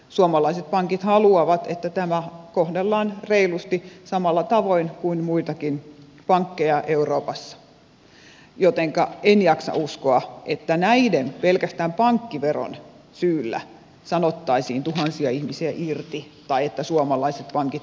suomalaiset pankit haluavat että niitä kohdellaan reilusti samalla tavoin kuin muitakin pankkeja euroopassa jotenka en jaksa uskoa että pelkästään pankkiveron syyllä sanottaisiin tuhansia ihmisiä irti tai että suomalaiset pankit kaatuisivat tai muuta